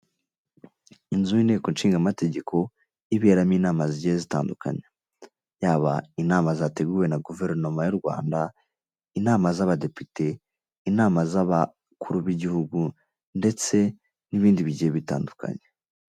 Inzu y'inteko nshinga amategeko iberamo inama zigiye zitandukanye, yaba inama zateguwe na guverinoma y'u Rwanda, inama z'abadepite, inama z'abakuru b'igihugu ndetse n'ibindi bigiye bitandukanye.